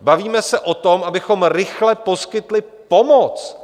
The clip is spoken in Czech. Bavíme se o tom, abychom rychle poskytli pomoc.